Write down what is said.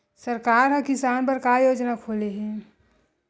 सरकार ह किसान बर का योजना खोले हे?